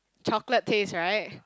chocolate taste right